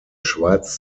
schweiz